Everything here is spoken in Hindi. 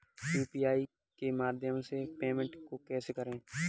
यू.पी.आई के माध्यम से पेमेंट को कैसे करें?